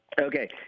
Okay